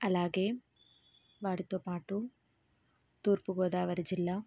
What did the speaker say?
అలాగే వాటితో పాటు తూర్పుగోదావరి జిల్లా